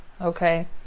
Okay